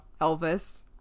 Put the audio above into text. Elvis